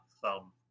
thumb